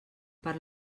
per